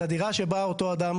לדירה שבה אותו אדם מתגורר.